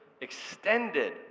extended